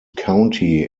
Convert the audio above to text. county